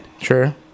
Sure